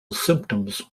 symptoms